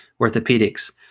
orthopedics